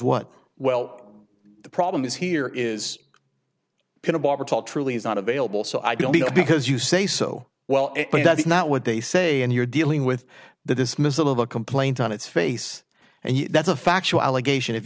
what well the problem is here is truly is not available so i believe because you say so well but that's not what they say and you're dealing with the dismissal of a complaint on its face and that's a factual allegation if